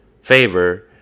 favor